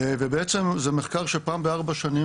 זה מחקר שפעם ב-4 שנים,